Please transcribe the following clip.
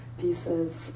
pieces